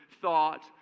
thought